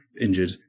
injured